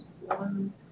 One